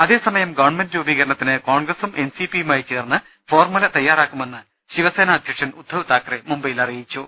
അതേസമയം ഗവൺമെന്റ് രൂപീകരണത്തിന് കോൺഗ്രസും എൻ സി പിയുമായി ചേർന്ന് ഫോർമുല തയ്യാറാക്കുമെന്ന് ശിവസേനാ അധ്യക്ഷൻ ഉദ്ധവ് താക്കറെ മുംബൈയിൽ പറഞ്ഞു